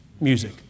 music